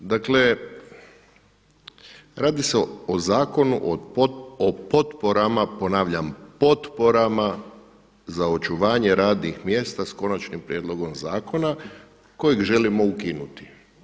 Dakle, radi se o Zakonu o potporama, ponavljam potporama za očuvanje radnih mjesta, s Konačnim prijedlogom zakona kojeg želimo ukinuti.